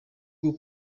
bwo